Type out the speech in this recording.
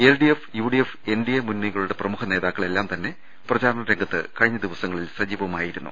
LDF UDF NDA മുന്നണികളുടെ പ്രമുഖ നേതാക്കൾ എല്ലാം തന്നെ പ്രചാ രണ രംഗത്ത് കഴിഞ്ഞ ദിവസങ്ങളിൽ സജീവമായിരുന്നു